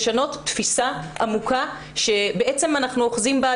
לשנות תפיסה עמוקה שאנחנו אוחזים בה,